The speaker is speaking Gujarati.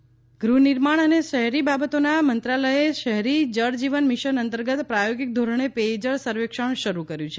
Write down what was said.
પેય જળ સર્વેક્ષણ ગૃહનિર્માણ અને શહેરી બાબતોના મંત્રાલયે શહેરી જળ જીવન મિશન અંતર્ગત પ્રાયોગિક ધોરણે પેય જળ સર્વેક્ષણ શરૂ કર્યું છે